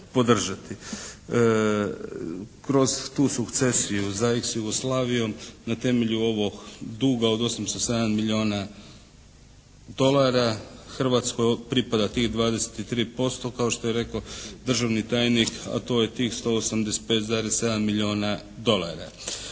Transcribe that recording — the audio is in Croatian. Kroz tu sukcesiju za "eks" Jugoslavijom na temelju ovog duga od 807 milijuna dolara Hrvatskoj pripada tih 23% kao što je rekao državni tajnik, a to je tih 185,7 milijuna dolara.